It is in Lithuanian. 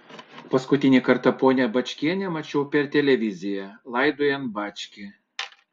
paskutinį kartą ponią bačkienę mačiau per televiziją laidojant bačkį